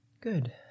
Good